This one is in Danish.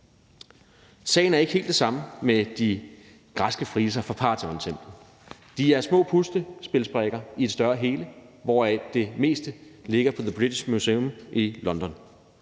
Sagen er ikke helt den samme med de græske friser fra Parthenontemplet. De er små puslespilsbrikker i et større hele, hvoraf det meste ligger på British Museum i London.